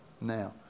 now